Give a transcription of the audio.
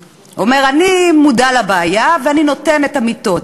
אומר: אני מודע לבעיה ואני נותן את המיטות.